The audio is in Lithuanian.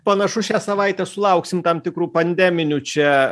panašu šią savaitę sulauksim tam tikrų pandeminių čia